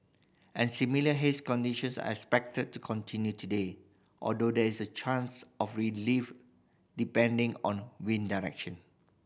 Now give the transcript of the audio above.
and similar haze conditions are expected to continue today although there is a chance of relief depending on wind direction